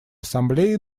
ассамблеей